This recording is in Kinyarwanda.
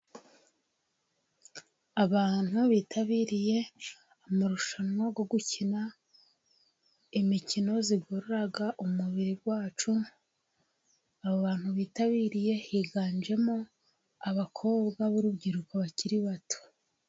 Abantu bitabiriye amarushanwa yo gukina imikino igorora umubiri wacu, aba bantu bitabiriye, higanjemo abakobwa b'urubyiruko, bakiri bato.